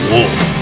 Wolf